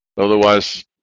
Otherwise